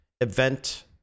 event